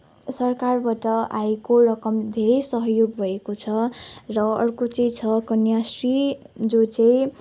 सरकारबाट आएको रकम धेरै सहयोग भएको छ र अर्को चाहिँ छ कन्याश्री जो चाहिँ